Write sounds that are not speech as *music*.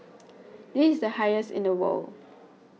*noise* this is the highest in the world